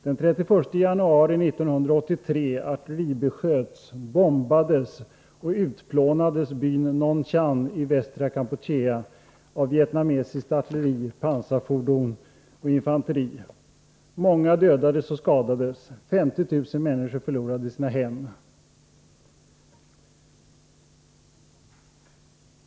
Den 31 januari 1983 artilleribesköts, bombades och utplånades byn Nong Chan i västra Kampuchea av vietnamesiskt artilleri, pansarfordon och infanteri. Många dödades och skadades. 50 000 människor förlorade sina hem.